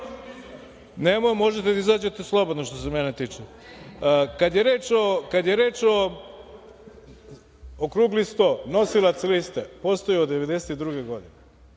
slušate. Možete da izađete slobodno, što se mene tiče. Kada je reč o okruglom stolu, nosilac liste postoji od 1992. godine. Molim